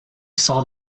saw